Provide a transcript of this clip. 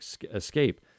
escape